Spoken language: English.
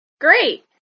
Great